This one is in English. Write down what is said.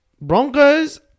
Broncos